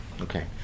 Okay